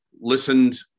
listened